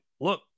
look